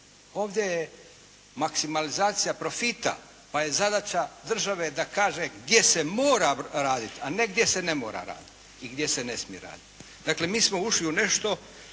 Ovdje je maksimalizacija profita, pa je zadaća države da kaže gdje se mora radit, a ne gdje se ne mora radit i gdje se ne smije radit. Dakle, mi smo ušli u nešto